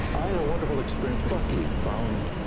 i had a wonderful experience bucky found,